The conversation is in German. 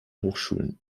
hochschulen